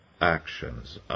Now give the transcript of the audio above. actions